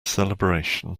celebration